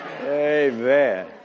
Amen